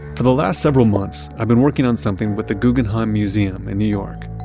for the last several months, i've been working on something with the guggenheim museum in new york.